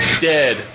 Dead